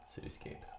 cityscape